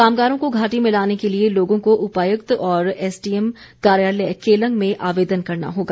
कामगारों को घाटी में लाने के लिए लोगों को उपायुक्त और एसडीएम कार्यालय केलंग में आवेदन करना होगा